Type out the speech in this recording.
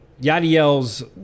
Yadiel's